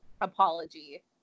apology